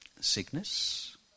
sickness